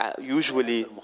usually